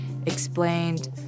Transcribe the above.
explained